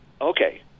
okay